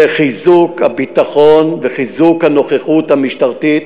זה חיזוק הביטחון וחיזוק הנוכחות המשטרתית